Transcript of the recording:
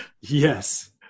Yes